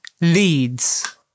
leads